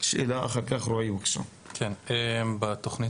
ראינו שבהצעת